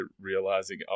realizing